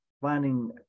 finding